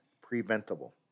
preventable